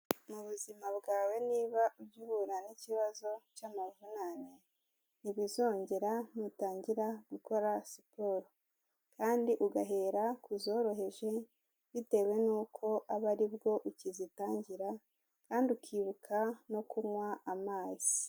Mu buzima bwawe niba uhura n'ikibazo cy'amavunane, ntibizongera nutangira gukora siporo kandi ugahera ku zoroheje bitewe n'uko aba ari bwo ukizitangira kandi ukibuka no kunywa amazi.